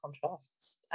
contrasts